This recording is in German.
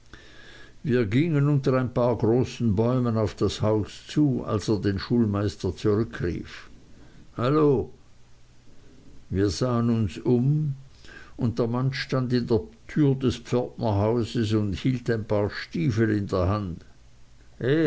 wir gingen unter ein paar großen bäumen auf das haus zu als er den schulmeister zurückrief hallo wir sahen uns um und der mann stand in der tür des pförtnerhauses und hielt ein paar stiefel in der hand